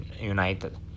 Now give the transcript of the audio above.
United